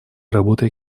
работой